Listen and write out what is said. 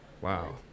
Wow